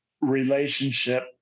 relationship